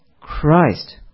Christ